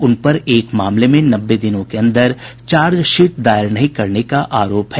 उन पर एक मामले में नब्बे दिनों के अन्दर चार्जशीट दायर नहीं करने का आरोप है